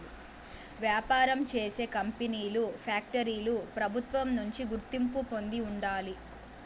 వ్యాపారం చేసే కంపెనీలు ఫ్యాక్టరీలు ప్రభుత్వం నుంచి గుర్తింపు పొంది ఉండాలి